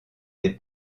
des